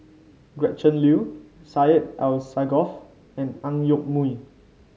Gretchen Liu Syed Alsagoff and Ang Yoke Mooi